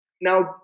Now